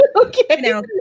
Okay